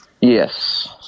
yes